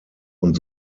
und